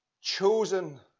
chosen